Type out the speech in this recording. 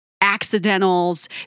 Accidentals